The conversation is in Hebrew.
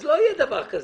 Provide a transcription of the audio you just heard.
לא יהיה דבר כזה.